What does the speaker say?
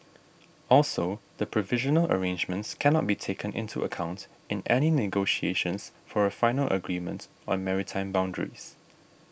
also the provisional arrangements cannot be taken into account in any negotiations for a final agreement on maritime boundaries